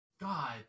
God